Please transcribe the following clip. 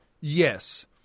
Yes